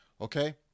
Okay